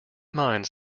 minds